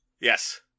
Yes